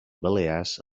balears